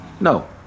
No